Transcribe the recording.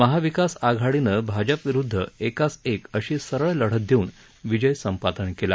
महाविकास आघाडीनं भाजप विरुद्ध एकास एक अशी सरळ लढत देऊन विजय संपादन केला